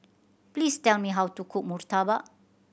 please tell me how to cook murtabak